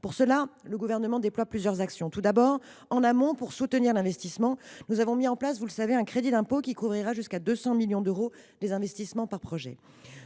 cette fin, le Gouvernement déploie plusieurs actions. Premièrement, en amont, pour soutenir l’investissement, nous avons mis en place un crédit d’impôt qui couvrira jusqu’à 200 millions d’euros d’investissements par projet.